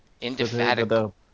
Indefatigable